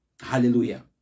Hallelujah